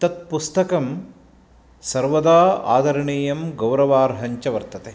तत् पुस्तकं सर्वदा आदरणीयं गौरवार्हं च वर्तते